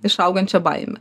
išaugančią baimę